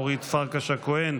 אורית פרקש הכהן,